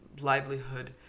livelihood